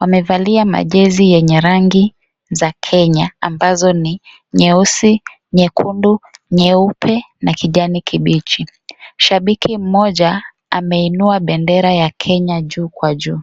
wamevalia majezi yenye rangi za Kenya ambazo ni nyeusi, nyekundu, nyeupe na kijani kibichi, shabiki mmoja ameinua bendera ya kenya juu kwa juu.